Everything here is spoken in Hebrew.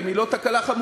אם היא לא תקלה חמורה,